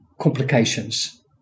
complications